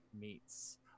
meats